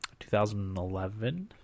2011